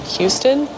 Houston